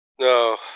No